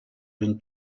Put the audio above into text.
been